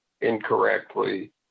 incorrectly